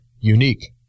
unique